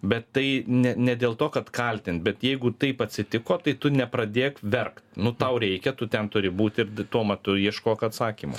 bet tai ne ne dėl to kad kaltint bet jeigu taip atsitiko tai tu nepradėk verkt nu tau reikia tu ten turi būti tuo metu ieškok atsakymo